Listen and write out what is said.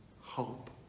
hope